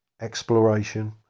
exploration